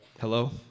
Hello